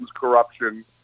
corruption